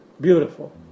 beautiful